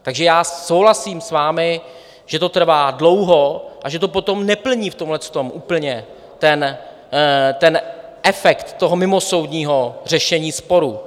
Takže já souhlasím s vámi, že to trvá dlouho a že to potom neplní v tomhle úplně ten efekt toho mimosoudního řešení sporu.